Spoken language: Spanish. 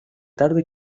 tarde